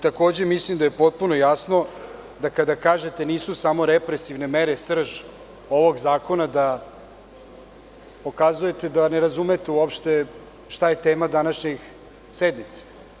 Takođe, mislim da je potpuno jasno da kada kažete nisu samo represivne mere srž ovog zakona da pokazujete da ne razumete uopšte šta je tema današnje sednice.